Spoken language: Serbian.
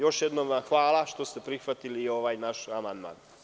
Još jednom hvala što ste prihvatili ovaj naš amandman.